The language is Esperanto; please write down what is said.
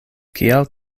kial